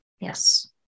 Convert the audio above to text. Yes